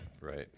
right